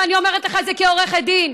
ואני אומרת לך את זה כעורכת דין.